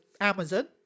amazon